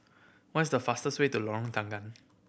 what's the fastest way to Lorong Tanggam